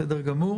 בסדר גמור.